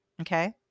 Okay